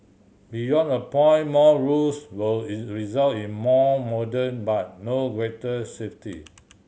beyond a point more rules will result in more modem but no greater safety